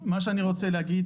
מה שאני רוצה להגיד,